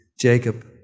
Jacob